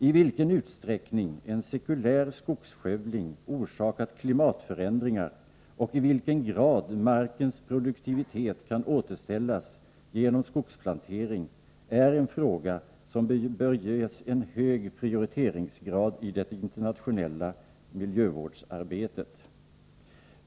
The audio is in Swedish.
I vilken utsträckning en sekulär skogsskövling orsakat klimatförändringar och i vilken grad markens produktivitet kan återställas genom skogsplantering är en fråga som bör ges en hög prioriteringsgrad i det internationella miljövårdsarbetet.